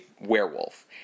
werewolf